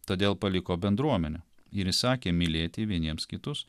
todėl paliko bendruomenę ir įsakė mylėti vieniems kitus